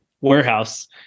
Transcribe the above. warehouse